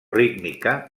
rítmica